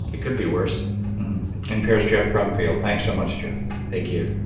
it could be worse npr's geoff brumfiel. thanks so much, geoff thank you